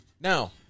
Now